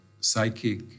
psychic